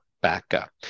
backup